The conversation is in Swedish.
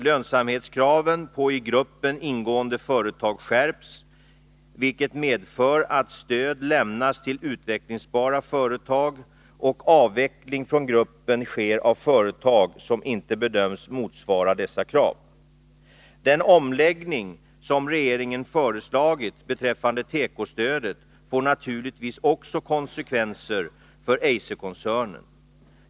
Lönsamhetskraven på i gruppen ingående företag skärps, vilket medför att stöd lämnas till utvecklingsbara företag och avveckling från gruppen sker av företag som inte bedöms motsvara dessa krav. Den omläggning som regeringen föreslagit beträffande tekostödet får naturligtvis också konsekvenser för Eiser-koncernen.